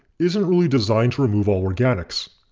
isn't really designed to remove all organics.